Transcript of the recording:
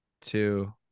two